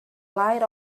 light